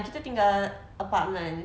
kita tinggal apartment